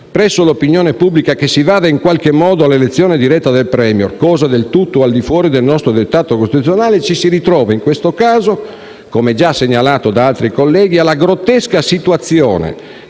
presso l'opinione pubblica che si vada, in qualche modo, all'elezione diretta del *Premier*, cosa del tutto al di fuori del nostro dettato costituzionale, ci si ritrova in questo caso, come già segnalato da altri colleghi, nella grottesca situazione